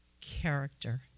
character